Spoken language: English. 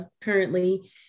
currently